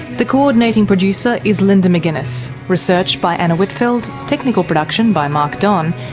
the co-ordinating producer is linda mcginness, research by anna whitfeld, technical production by mark don,